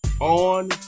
on